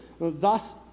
thus